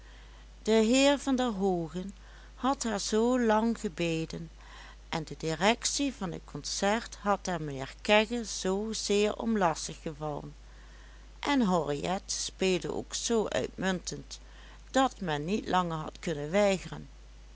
de heer van der hoogen had haar zoo lang gebeden en de directie van het concert had er mijnheer kegge zoo zeer om lastig gevallen en henriette speelde ook zoo uitmuntend dat men niet langer had kunnen weigeren